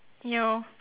yo